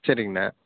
சரிங்கண்ணா